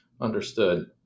Understood